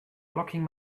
blocking